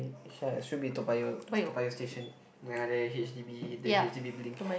eh Sha should be Toa-Payoh Toa-Payoh station yang ada H_D_B the H_D_B building